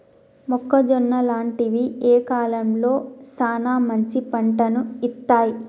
మొక్కజొన్న లాంటివి ఏ కాలంలో సానా మంచి పంటను ఇత్తయ్?